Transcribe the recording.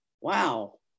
Wow